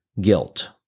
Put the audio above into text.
guilt